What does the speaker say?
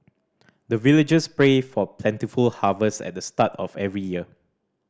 the villagers pray for plentiful harvest at the start of every year